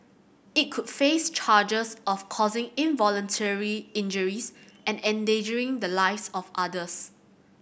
it could face charges of causing involuntary injuries and endangering the lives of others